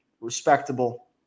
respectable